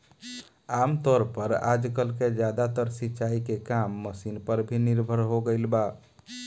आमतौर पर आजकल के ज्यादातर सिंचाई के काम मशीन पर ही निर्भर हो गईल बा